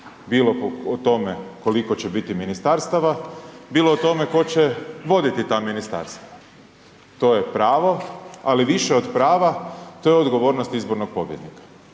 bilo po tome koliko će biti ministarstava, bilo o tome tko će voditi ta ministarstva. To je pravo, ali više od prava to je odgovornost izbornog pobjednika.